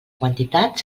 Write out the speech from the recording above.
quantitat